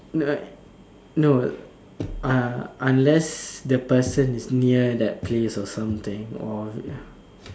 no no uh unless the person is near that place or something or